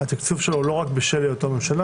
התקציב שלו הוא לא רק בשל היותו ראש ממשלה